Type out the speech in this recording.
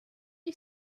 you